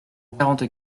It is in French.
quarante